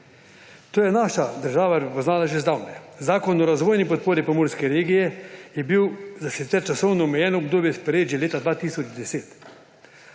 To je naša država prepoznala že zdavnaj. Zakon o razvojni podpori pomurske regije je bil sicer za časovno omejeno obdobje sprejet že leta 2010.